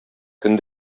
көн